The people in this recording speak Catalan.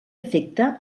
efecte